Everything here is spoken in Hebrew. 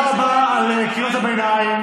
תודה רבה על קריאות הביניים.